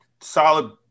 solid